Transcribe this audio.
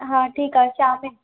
हा ठीकु आहे छा में